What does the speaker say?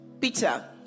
Peter